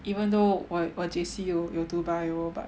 even though 我我 J_C 有读 bio but